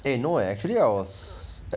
eh no eh actually I was